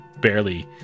barely